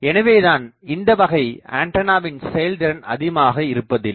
எனவேதான் இந்த வகை ஆண்டனாவின் செயல்திறன் அதிகமாக இருப்பதில்லை